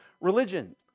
religion